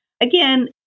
Again